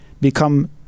become